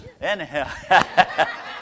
Anyhow